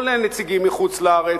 כולל נציגים מחו"ל,